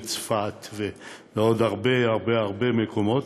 צפת ועוד הרבה הרבה הרבה מקומות,